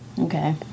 Okay